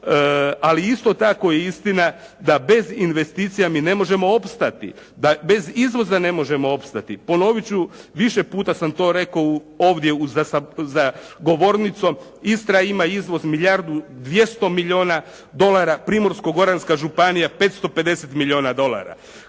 Ali isto tako je istina da bez investicija mi ne možemo opstati. Da bez izvoza ne možemo opstati. Ponovit ću, više puta sam to rekao u, ovdje za govornicom Istra ima izvoz milijardu 200 milijuna dolara, Primorsko-Goranska županija 550 milijuna dolara.